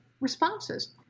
responses